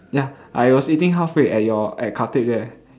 ya I was eating halfway at your at Khatib there